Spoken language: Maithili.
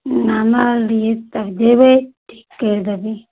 आनऽ तब जएबै ठीक करि देबै